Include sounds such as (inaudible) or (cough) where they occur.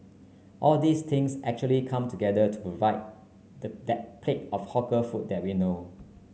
all these things actually come together to provide (unintelligible) that plate of hawker food that we know